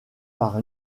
par